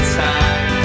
time